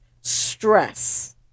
stress